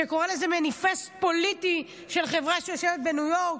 שקורא לזה מניפסט פוליטי של חברה שיושבת בניו יורק,